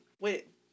Wait